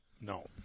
No